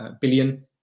billion